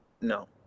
No